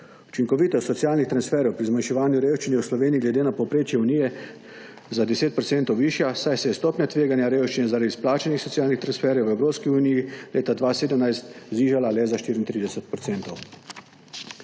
Učinkovitost socialnih transferjev pri zmanjševanju revščine je v Sloveniji glede na povprečje Unije za 10 % višja, saj se je stopnja tveganja revščine zaradi izplačanih socialnih transferjev v Evropski uniji leta 2017 znižala le za 34 %.